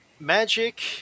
magic